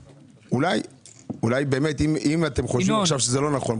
אולי באמת אם אתם חושבים עכשיו שזה לא נכון,